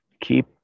keep